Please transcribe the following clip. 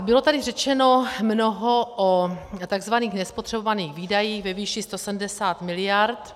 Bylo tady řečeno mnoho o tzv. nespotřebovaných výdajích ve výši 170 mld.